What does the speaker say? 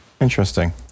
Interesting